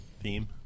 theme